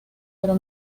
pero